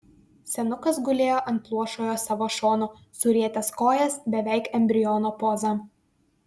senukas gulėjo ant luošojo savo šono surietęs kojas beveik embriono poza